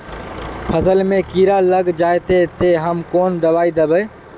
फसल में कीड़ा लग जाए ते, ते हम कौन दबाई दबे?